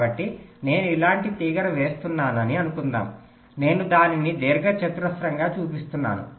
కాబట్టి నేను ఇలాంటి తీగను వేస్తున్నానని అనుకుందాం నేను దానిని దీర్ఘచతురస్రంగా చూపిస్తున్నాను